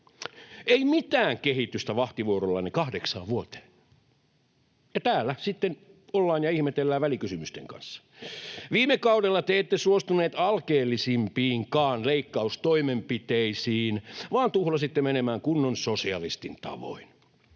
Ei mitään kehitystä vahtivuorollanne kahdeksaan vuoteen, ja täällä sitten ollaan ja ihmetellään välikysymysten kanssa. Viime kaudella te ette suostuneet alkeellisimpiinkaan leikkaustoimenpiteisiin vaan tuhlasitte menemään kunnon sosialistin tavoin.